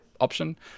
option